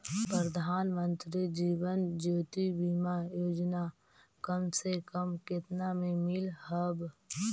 प्रधानमंत्री जीवन ज्योति बीमा योजना कम से कम केतना में मिल हव